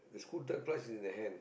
the scooter class is in the hand